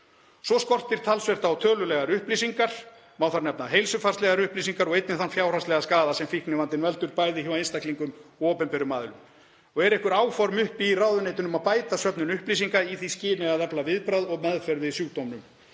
Svo skortir talsvert á tölulegar upplýsingar. Má þar nefna heilsufarslegar upplýsingar og einnig um þann fjárhagslega skaða sem fíknivandinn veldur, bæði hjá einstaklingum og opinberum aðilum. Eru einhver áform uppi í ráðuneytinu um að bæta söfnun upplýsinga í því skyni að efla viðbragð og meðferð við sjúkdómnum?